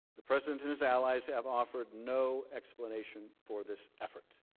the president and his allies have offered no explanation for this effort.